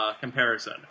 comparison